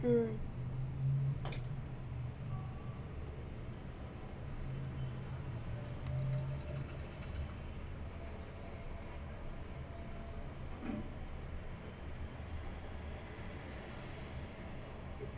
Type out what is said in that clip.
mm